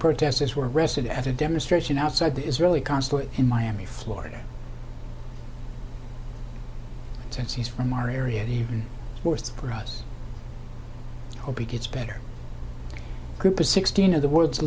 protesters were arrested at a demonstration outside the israeli consulate in miami florida since he's from our area and even worse for us will be gets better group of sixteen of the wo